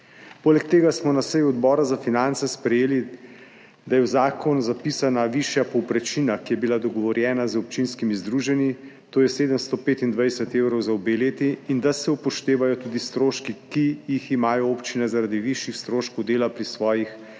Poleg tega smo na seji Odbora za finance sprejeli, da je v zakonu zapisana višja povprečnina, ki je bila dogovorjena z občinskimi združenji, to je 725 evrov za obe leti, in da se upoštevajo tudi stroški, ki jih imajo občine zaradi višjih stroškov dela pri svojih posrednih